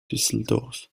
düsseldorf